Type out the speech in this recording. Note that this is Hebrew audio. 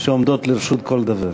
שעומדות לרשות כל דובר.